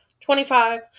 Twenty-five